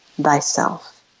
thyself